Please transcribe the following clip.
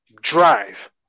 Drive